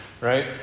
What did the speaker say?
right